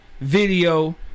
Video